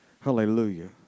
Hallelujah